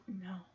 no